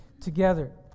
together